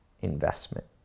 investment